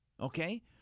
okay